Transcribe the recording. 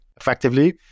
effectively